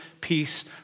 peace